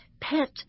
pet